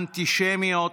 אנטישמיות